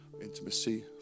intimacy